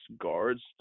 guards